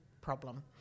problem